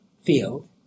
field